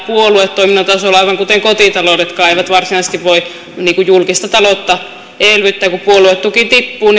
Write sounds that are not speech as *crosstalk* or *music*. puoluetoiminnan tasolla aivan kuten kotitaloudetkaan eivät varsinaisesti voi elvyttää niin kuin julkista taloutta kun puoluetuki tippuu *unintelligible*